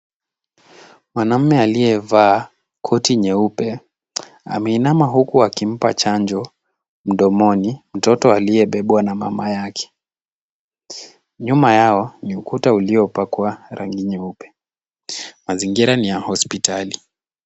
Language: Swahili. Mwanamme aliyevaa koti nyeupe ameinama huku akimpa chanjo mdomoni mtoto aliyebebwa na mama yake. Nyuma yao ni ukuta uliopakwa rangi nyeupe. Mazingira ni ya hospitali.